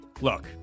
Look